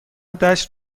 دشت